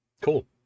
cool